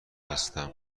هستم